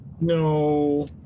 No